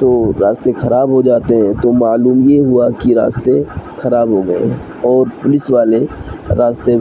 تو راستے خراب ہو جاتے ہیں تو معلوم یہ ہوا کہ راستے خراب ہو گئے ہیں اور پولس والے راستے